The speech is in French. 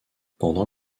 pendant